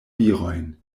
virojn